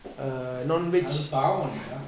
அது பாவண்டா:athu pavanda